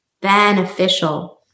beneficial